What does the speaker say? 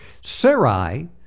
Sarai